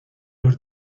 los